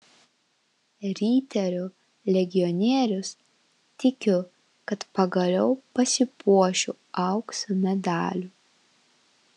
riterių legionierius tikiu kad pagaliau pasipuošiu aukso medaliu